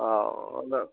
हा